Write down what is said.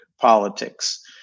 politics